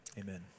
Amen